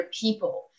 people